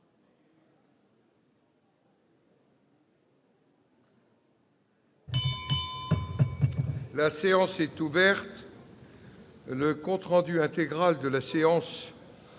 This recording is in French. La séance est ouverte. Le compte rendu intégral de la séance du jeudi